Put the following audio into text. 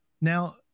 Now